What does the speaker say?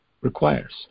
requires